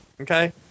okay